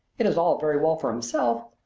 it is all very well for himself,